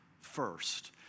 first